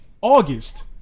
August